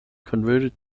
converted